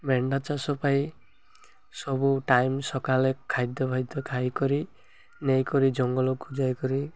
ମେଣ୍ଢା ଚାଷ ପାଇଁ ସବୁ ଟାଇମ୍ ସକାଳେ ଖାଦ୍ୟଫାଦ୍ୟ ଖାଇକରି ନେଇକରି ଜଙ୍ଗଲକୁୁ ଯାଇକରି